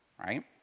right